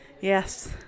Yes